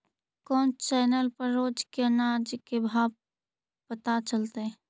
कोन चैनल पर रोज के अनाज के भाव पता चलतै?